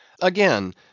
Again